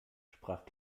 sprach